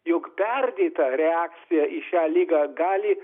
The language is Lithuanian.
jog perdėta reakcija į šią ligą gali